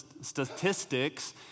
statistics